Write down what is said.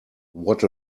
what